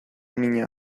mina